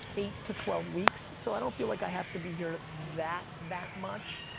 eight to twelve weeks, so i don't feel like i have to be here that, that much.